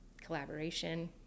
collaboration